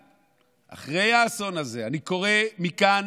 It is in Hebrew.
אחרי האסון הזה, אני קורא מכאן